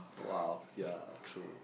!wow! ya true